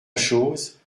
chose